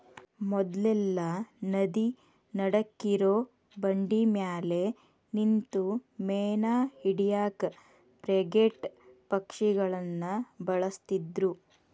ಮೊದ್ಲೆಲ್ಲಾ ನದಿ ನಡಕ್ಕಿರೋ ಬಂಡಿಮ್ಯಾಲೆ ನಿಂತು ಮೇನಾ ಹಿಡ್ಯಾಕ ಫ್ರಿಗೇಟ್ ಪಕ್ಷಿಗಳನ್ನ ಬಳಸ್ತಿದ್ರು